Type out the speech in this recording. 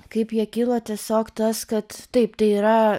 kaip jie kilo tiesiog tas kad taip tai yra